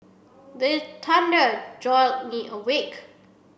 the thunder jolt me awake